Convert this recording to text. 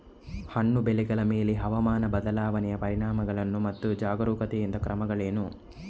ಹಣ್ಣು ಬೆಳೆಗಳ ಮೇಲೆ ಹವಾಮಾನ ಬದಲಾವಣೆಯ ಪರಿಣಾಮಗಳೇನು ಮತ್ತು ಜಾಗರೂಕತೆಯಿಂದ ಕ್ರಮಗಳೇನು?